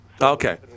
Okay